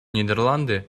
нидерланды